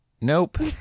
Nope